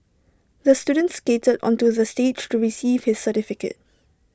the student skated onto the stage to receive his certificate